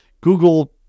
Google